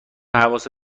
حواست